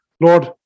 Lord